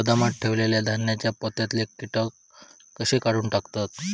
गोदामात ठेयलेल्या धान्यांच्या पोत्यातले कीटक कशे काढून टाकतत?